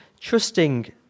trusting